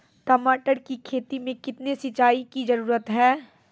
टमाटर की खेती मे कितने सिंचाई की जरूरत हैं?